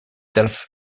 delft